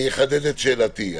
אחדד את שאלתי.